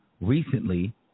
recently